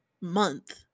month